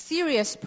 Serious